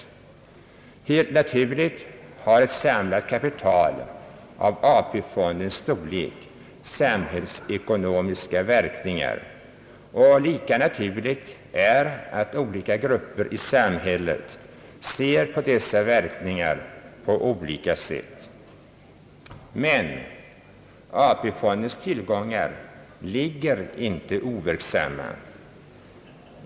Helt naturligt har ett samlat kapital av AP-fondens storlek samhällsekonomiska verkningar. Lika na Ang. allmänna pensionsfonden turligt är att skilda grupper i samhället ser på dessa verkningar på olika sätt. Men AP-fondens tillgångar ligger icke overksamma.